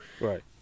Right